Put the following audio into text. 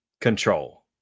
control